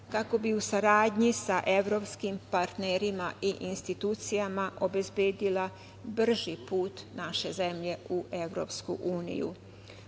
kako bi u saradnji sa evropskim partnerima i institucijama obezbedila brži put naše zemlje u EU.U danu